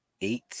eight